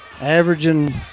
averaging